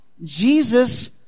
Jesus